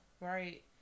right